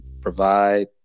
provide